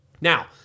now